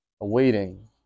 awaiting